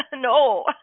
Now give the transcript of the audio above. No